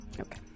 Okay